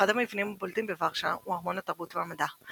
אחד המבנים הבולטים בוורשה הוא ארמון התרבות והמדע,